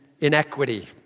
inequity